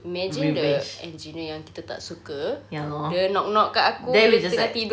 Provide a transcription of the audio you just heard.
imagine the engineer yang kita tak suka dia knock knock kat aku bila tengah tidur